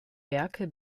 werke